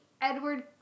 Edward